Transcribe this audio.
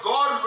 God